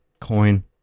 coin